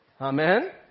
Amen